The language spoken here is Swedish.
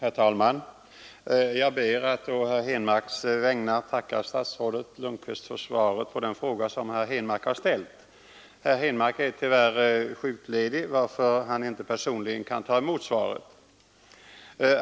Herr talman! Jag ber att å herr Henmarks vägnar få tacka statsrådet Lundkvist för svaret på den fråga som herr Henmark har ställt. Herr Henmark är tyvärr sjukledig, varför han inte personligen kan ta emot svaret.